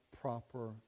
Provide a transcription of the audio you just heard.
proper